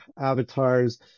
avatars